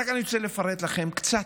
אני רק רוצה לפרט לכם קצת.